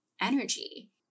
energy